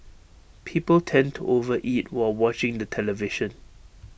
people tend to over eat while watching the television